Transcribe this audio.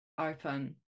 open